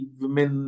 women